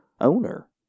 owner